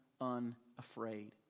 unafraid